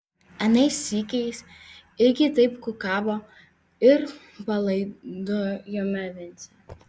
anais sykiais irgi taip kukavo ir palaidojome vincę